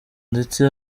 ndetse